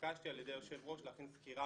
והתבקשתי על ידי היושב-ראש להכין סקירה